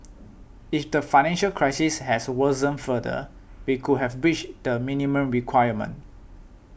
if the financial crisis has worsened further we could have breached the minimum requirement